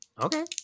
Okay